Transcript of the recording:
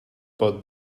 but